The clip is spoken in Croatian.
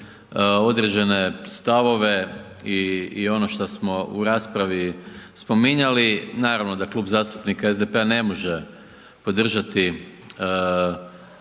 određene stavove i ono što smo u raspravi spominjali. Naravno da Klub zastupnika SDP-a ne može podržati